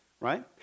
right